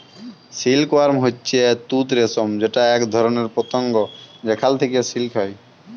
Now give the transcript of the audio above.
silk worm হচ্যে তুত রেশম যেটা এক ধরণের পতঙ্গ যেখাল থেক্যে সিল্ক হ্যয়